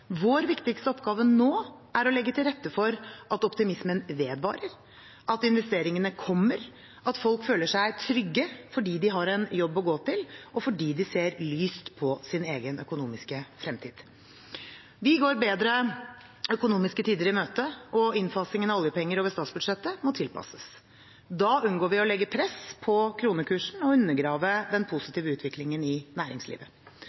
Vår viktigste oppgave nå er å legge til rette for at optimismen vedvarer, at investeringene kommer, at folk føler seg trygge, fordi de har en jobb å gå til, og fordi de ser lyst på sin egen økonomiske fremtid. Vi går bedre økonomiske tider i møte, og innfasingen av oljepenger over statsbudsjettet må tilpasses. Da unngår vi å legge press på kronekursen og undergrave den positive utviklingen i næringslivet.